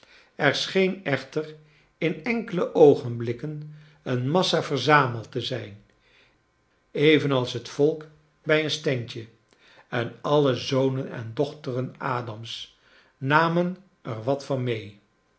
er scheen echter in enkele oogenblikken een massa verzameld te zijn evenals het volk bij een standje en alle zonen en dochteren adams namen er wat van mee